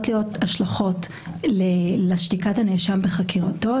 להיות השלכות לשתיקת הנאשם בחקירתו.